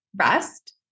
rest